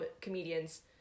comedians